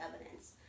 evidence